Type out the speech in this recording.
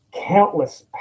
countless